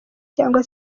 cyangwa